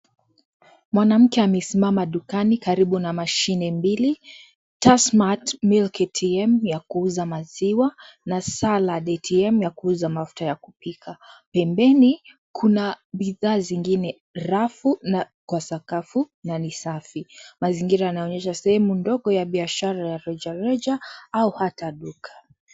Mwanamke amesimama dukani karibu na mashine mbili 'TASSMATT MILK ATM' ya kuuza maziwa na 'Salad ATM' ya kuuza mafuta ya kupika. Pembeni, kuna bidhaa zingine rafu na kwa sakafu na ni safi. Mazingira yanaonyesha sehemu ndogo ya biashara ya rejareja au hata duka.